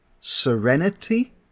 Serenity